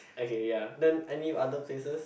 okay ya then any other places